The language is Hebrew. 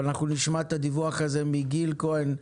אבל אנחנו נשמע את הדיווח הזה מגיל כהן,